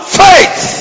faith